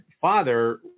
father